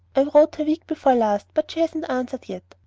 i wrote her week before last, but she hasn't answered yet.